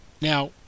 Now